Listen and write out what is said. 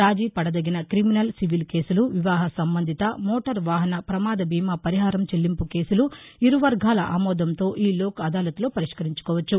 రాజీ పడదగిన criminal civil కేసులు వివాహ సంబంధిత మోటార్ వాహన ప్రమాద బీమా పరిహారం చెల్లింపు కేసులు ఇరు వర్గాల ఆమోదంతో ఈ లోక్ అదాలత్ లో పరిష్కరించుకోవచ్చు